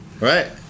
Right